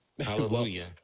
Hallelujah